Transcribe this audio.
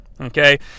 okay